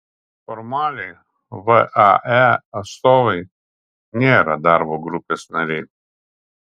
formaliai vae atstovai nėra darbo grupės nariai